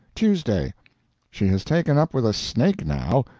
tuesday she has taken up with a snake now.